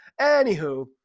Anywho